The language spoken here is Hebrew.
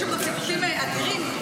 יש שם ציטוטים אדירים.